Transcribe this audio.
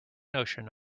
notion